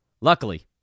Luckily